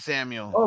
Samuel